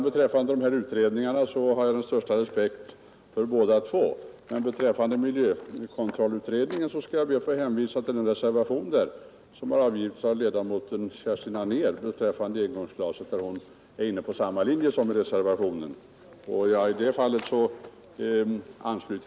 Beträffande de utredningar som det talats om har jag den största respekt för båda två. Men när det gäller miljökontrollutredningen skall jag be att få hänvisa till en reservation rörande engångsglasen som där avgivits av ledamoten Kerstin Anér. Hon är inne på samma linje som den som nu redovisas i reservationen vid jord bruksutskottets betänkande.